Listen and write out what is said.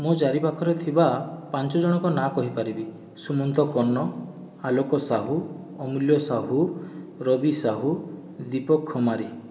ମୋ ଚାରି ପାଖରେ ଥିବା ପାଞ୍ଚ ଜଣଙ୍କ ନାଁ କହିପାରିବି ସୁମନ୍ତ କର୍ଣ୍ଣ ଆଲୋକ ସାହୁ ଅମୂଲ୍ୟ ସାହୁ ରବି ସାହୁ ଦୀପକ ଖୁମାରୀ